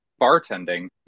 bartending